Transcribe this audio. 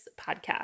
podcast